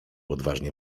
odważnie